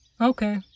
Okay